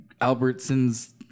Albertsons